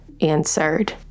answered